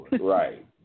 Right